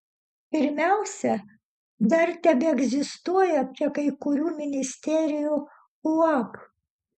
pirmiausia dar tebeegzistuoja prie kai kurių ministerijų uab